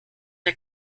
der